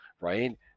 right